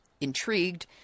intrigued